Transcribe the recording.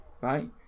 right